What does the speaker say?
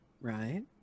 Right